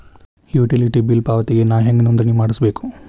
Utility bill ಪಾವತಿಗೆ ನಾ ಹೆಂಗ್ ನೋಂದಣಿ ಮಾಡ್ಸಬೇಕು?